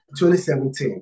2017